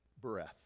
breath